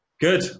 good